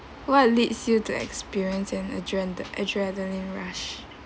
what leads you to experience an adrenaline rush